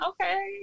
Okay